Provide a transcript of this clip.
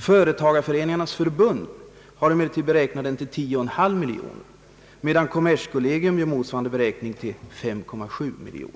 Företagareföreningarnas förbund har emellertid be räknat det till 10,5 miljoner kronor, medan kommerskollegium gör motsvarande beräkning till 5,7 miljoner kronor.